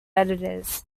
editors